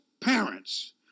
parents